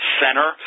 center